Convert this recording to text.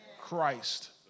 Christ